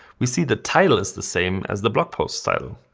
we see the title is the same as the blog post title.